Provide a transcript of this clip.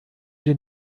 den